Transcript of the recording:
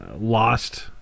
lost